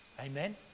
Amen